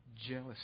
jealousy